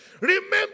Remember